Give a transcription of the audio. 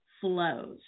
flows